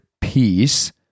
peace